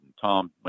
Tom